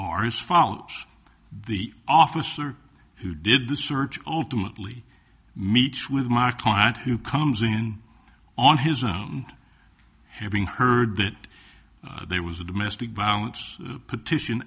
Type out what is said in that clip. as follows the officer who did the search ultimately meets with my client who comes in on his own having heard that there was a domestic violence petition